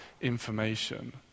information